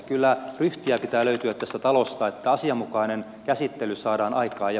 kyllä ryhtiä pitää löytyä tästä talosta että asianmukainen käsittely saadaan aikaan